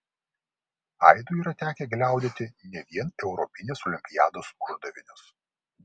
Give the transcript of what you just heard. aidui yra tekę gliaudyti ne vien europinės olimpiados uždavinius